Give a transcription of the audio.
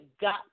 got